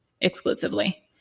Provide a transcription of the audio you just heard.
exclusively